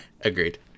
Agreed